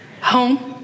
home